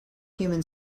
human